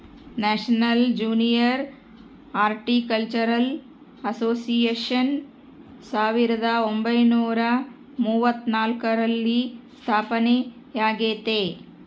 national junior horticultural association ಸಾವಿರದ ಒಂಬೈನುರ ಮೂವತ್ನಾಲ್ಕರಲ್ಲಿ ಸ್ಥಾಪನೆಯಾಗೆತೆ